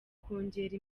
kongera